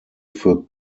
für